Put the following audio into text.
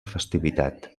festivitat